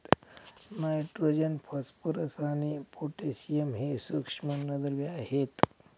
nitrogen, phosphorus आणि potassium हे सूक्ष्म अन्नद्रव्ये आहेत